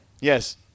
Yes